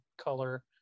color